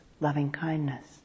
loving-kindness